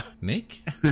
Nick